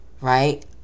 right